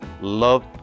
love